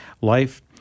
life